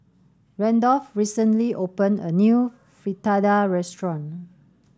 Randolph recently opened a new Fritada restaurant